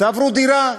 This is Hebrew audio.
תעברו דירה.